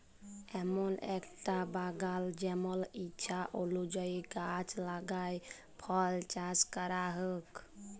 এমল একটা বাগাল জেমল ইছা অলুযায়ী গাহাচ লাগাই ফল চাস ক্যরা হউক